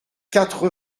quatre